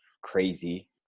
crazy